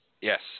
Yes